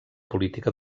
política